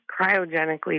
cryogenically